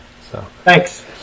Thanks